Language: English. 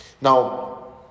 Now